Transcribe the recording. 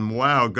wow